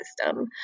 system